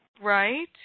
Right